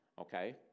Okay